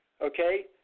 okay